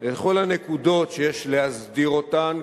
בכל הנקודות שיש להסדיר אותן,